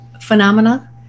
phenomena